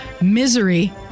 Misery